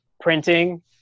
printing